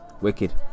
Wicked